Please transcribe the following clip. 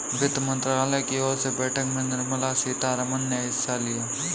वित्त मंत्रालय की ओर से बैठक में निर्मला सीतारमन ने हिस्सा लिया